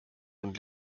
und